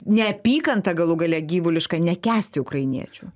neapykanta galų gale gyvuliška nekęsti ukrainiečių